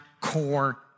core